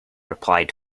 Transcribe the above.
replied